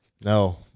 No